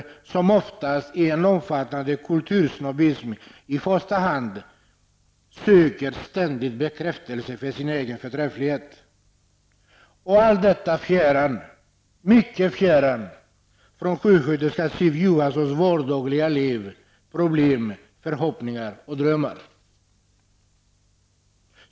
Oftast rör det sig om en omfattande kultursnobbism, som i första hand söker ständig bekräftelse på sin egen förträfflighet. Allt detta är mycket fjärran från sjuksköterskans vardagliga liv, problem, förhoppningar och drömmar.